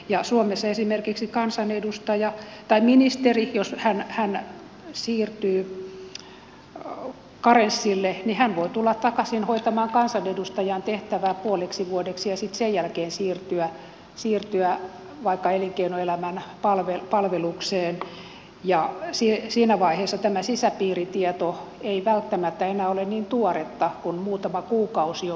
ja jos suomessa esimerkiksi ministeri siirtyy karenssille niin hän voi tulla takaisin hoitamaan kansanedustajan tehtävää puoleksi vuodeksi ja sitten sen jälkeen siirtyä vaikka elinkeinoelämän palvelukseen ja siinä vaiheessa tämä sisäpiiritieto ei välttämättä enää ole niin tuoretta kun muutama kuukausi on mennyt